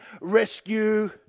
rescue